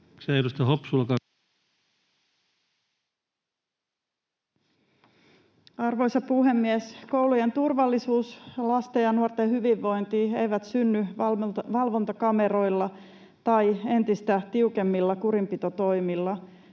Arvoisa puhemies! Koulujen turvallisuus ja lasten ja nuorten hyvinvointi eivät synny valvontakameroilla tai entistä tiukemmilla kurinpitotoimilla